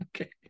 Okay